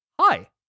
Hi